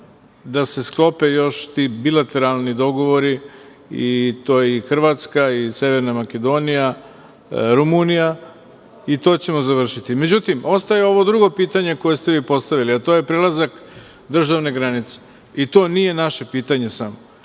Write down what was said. da se sklope još ti bilateralni dogovori i to je i Hrvatska, Severna Makedonija, Rumunija i to ćemo završiti.Međutim, ostaje ovo drugo pitanje koje ste vi postavili, a to je prelazak državne granice. To nije samo naše pitanje.